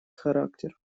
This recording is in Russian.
характер